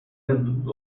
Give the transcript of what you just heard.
and